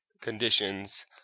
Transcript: conditions